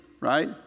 right